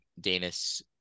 Danis